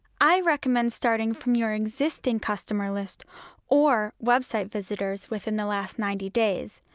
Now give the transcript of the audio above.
i recommend starting from your existing customer list or website visitors within the last ninety days,